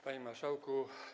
Panie Marszałku!